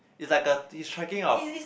is like a he's tracking of